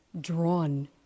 drawn